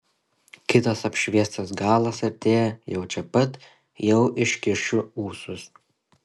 kitas apšviestas galas artėja jau čia pat jau iškišiu ūsus